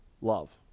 love